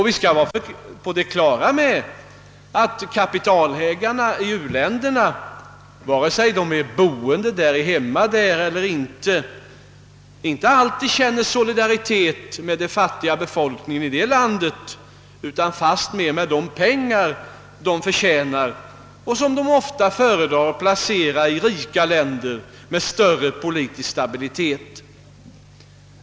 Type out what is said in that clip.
Vi bör vara på det klara med att kapitalägarna i u-länderna, vare sig de är bosatta där eller ej, inte alltid känner solidaritet med det fattiga folket i landet, utan fastmer tänker på de pengar de förtjänar och vilka de ofta föredrar att placera i rika länder med större politisk stabilitet.